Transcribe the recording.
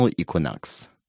equinox